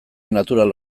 natural